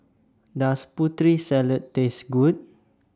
Does Putri Salad Taste Good